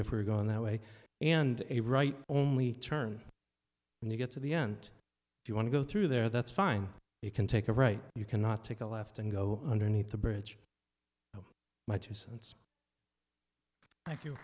if we're going that way and a right only turn and you get to the end if you want to go through there that's fine you can take a right you cannot take a left and go underneath the bridge my two cents